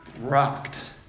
rocked